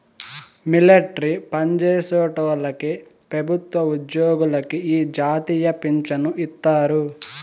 military పన్జేసేటోల్లకి పెబుత్వ ఉజ్జోగులకి ఈ జాతీయ పించను ఇత్తారు